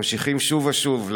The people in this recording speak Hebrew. שממשיכים שוב ושוב,